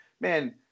man